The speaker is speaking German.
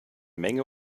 menge